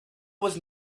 was